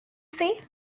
say